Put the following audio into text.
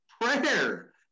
Prayer